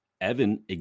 Evan